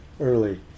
early